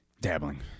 Dabbling